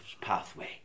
pathway